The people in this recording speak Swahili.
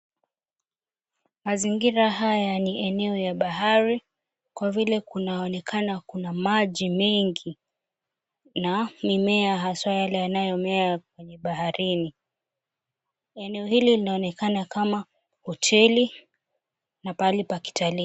Mazingira hata ni ya eneo ya bahari kwa vile kunaonekana kuna maji mengi na mimea haswa yale yanayo mea kwenye baharini. Eneo hili kinaonekana kama hoteli na pahali pa kitalii.